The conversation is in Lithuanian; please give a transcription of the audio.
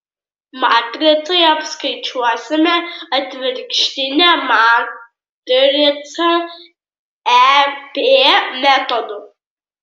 matricai apskaičiuosime atvirkštinę matricą ep metodu